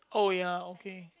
oh ya okay